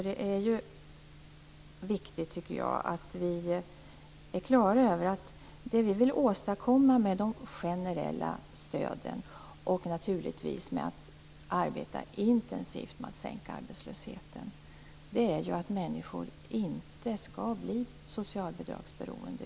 Det är ju viktigt, tycker jag, att vi är klara över att vad vi vill åstadkomma med de generella stöden och med det intensiva arbetet med att sänka arbetslösheten är att människor inte skall bli socialbidragsberoende.